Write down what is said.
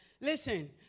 listen